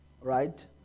right